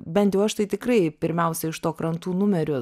bent jau aš tai tikrai pirmiausiai iš to krantų numerio